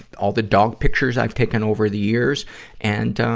all the dog pictures i've taken over the years and, um,